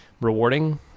rewarding